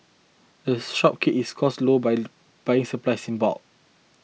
the shop keeps its costs low by buying its supplies in bulk